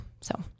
so-